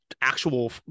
actual